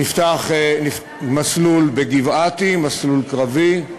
נפתח מסלול בגבעתי, מסלול קרבי,